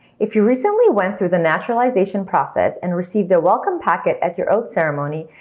if you recently went through the naturalization process and received a welcome packet at your oath ceremony,